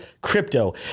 crypto